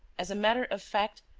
as a matter of fact,